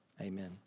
amen